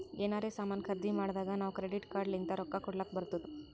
ಎನಾರೇ ಸಾಮಾನ್ ಖರ್ದಿ ಮಾಡ್ದಾಗ್ ನಾವ್ ಕ್ರೆಡಿಟ್ ಕಾರ್ಡ್ ಲಿಂತ್ ರೊಕ್ಕಾ ಕೊಡ್ಲಕ್ ಬರ್ತುದ್